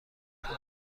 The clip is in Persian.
اتاق